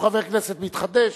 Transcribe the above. הוא חבר כנסת מתחדש.